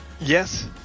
yes